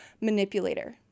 manipulator